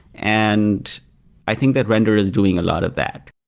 and i think that render is doing a lot of that